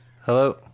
Hello